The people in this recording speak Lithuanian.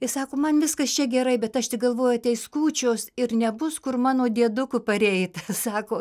i sako man viskas čia gerai bet aš tik galvojau ateis kūčios ir nebus kur mano dėduku pareit sako